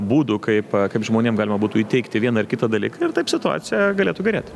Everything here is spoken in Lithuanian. būdų kaip kaip žmonėm galima būtų įteigti vieną ar kitą dalyką ir taip situacija galėtų gerėt